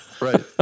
Right